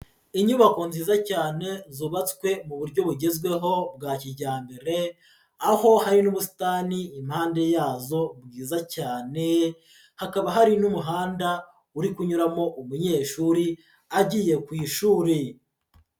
Inyubako nziza cyane zubatswe mu buryo bugezweho bwa kijyambere, aho hari n'ubusitani impande yazo bwiza cyane, hakaba hari n'umuhanda uri kunyuramo umunyeshuri agiye ku ishuri.